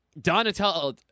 Donatello